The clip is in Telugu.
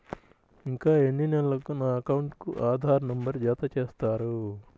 ఇంకా ఎన్ని నెలలక నా అకౌంట్కు ఆధార్ నంబర్ను జత చేస్తారు?